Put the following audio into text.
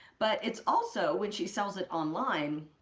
but it's also, when she sells it online,